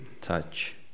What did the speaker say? touch